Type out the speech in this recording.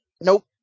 Nope